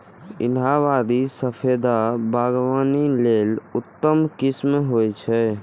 इलाहाबादी सफेदा बागवानी लेल उत्तम किस्म होइ छै